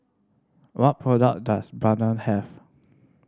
what product does Bedpan have